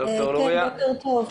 בוקר טוב,